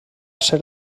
ser